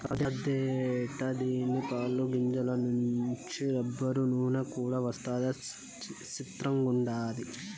అదెట్టా దీని పాలు, గింజల నుంచి రబ్బరు, నూన కూడా వస్తదా సిత్రంగుండాది